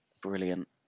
brilliant